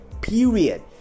Period